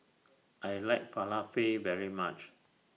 I like Falafel very much